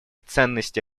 ценности